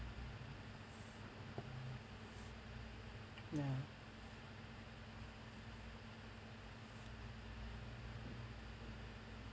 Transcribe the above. ya